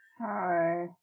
Hi